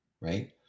right